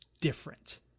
different